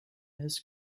his